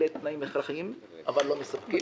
אלה תנאים הכרחיים אבל לא מספקים.